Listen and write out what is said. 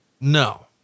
No